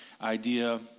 idea